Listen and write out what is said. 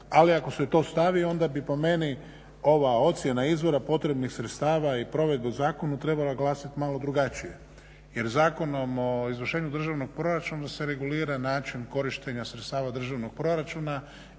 ali ako se stavi onda bi po meni ova ocjena izvora potrebnih sredstava i provedbu zakona trebala glasit malo drugačije jer Zakonom o izvršenju državnog proračuna da se regulira način korištenja sredstava državnog proračuna